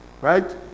Right